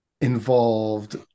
involved